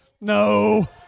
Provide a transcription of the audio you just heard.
no